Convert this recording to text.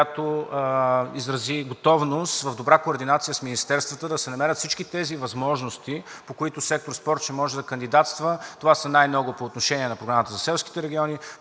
която изрази готовност в добра координация с министерствата да се намерят всички тези възможности, по които сектор „Спорт“ ще може да кандидатства. Това са най-много по отношение на Програмата за селските региони,